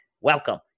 welcome